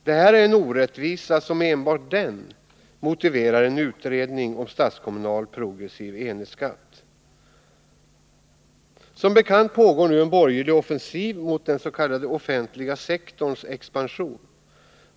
Detta är en orättvisa som enbart den motiverar en utredning om en statskommunal progressiv enhetsskatt. Som bekant pågår en borgerlig offensiv mot den s.k. offentliga sektorns expansion.